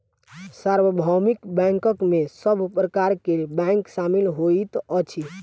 सार्वभौमिक बैंक में सब प्रकार के बैंक शामिल होइत अछि